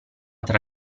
tra